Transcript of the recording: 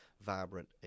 vibrant